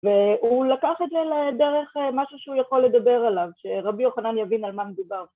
והוא לקח את זה לדרך משהו שהוא יכול לדבר עליו, שרבי יוחנן יבין על מה מדובר.